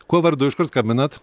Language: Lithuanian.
kuo vardu iš kur skambinat